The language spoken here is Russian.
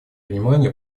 внимания